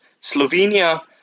Slovenia